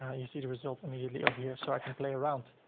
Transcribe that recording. ah you see the results immediately over here so i can play around.